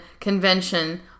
Convention